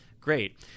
great